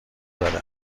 زده